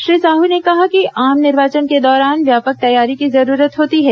श्री साहू ने कहा कि आम निर्वाचन के दौरान व्यापक तैयारी की जरूरत होती है